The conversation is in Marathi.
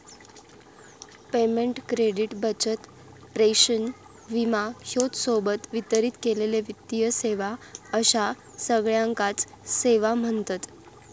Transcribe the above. पेमेंट, क्रेडिट, बचत, प्रेषण, विमा ह्येच्या सोबत वितरित केलेले वित्तीय सेवा अश्या सगळ्याकांच सेवा म्ह्णतत